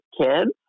kids